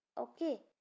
okay